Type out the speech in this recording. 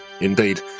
indeed